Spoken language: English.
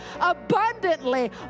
abundantly